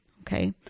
Okay